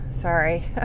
Sorry